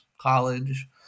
college